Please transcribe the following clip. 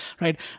right